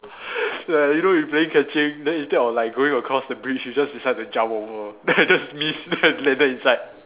like you know you playing catching then instead of like going across the bridge you just decide to jump over then I just miss then I landed inside